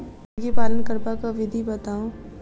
मुर्गी पालन करबाक विधि बताऊ?